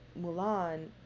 Mulan